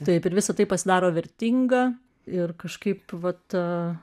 taip ir visa tai pasidaro vertinga ir kažkaip vat